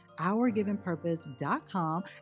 OurGivenPurpose.com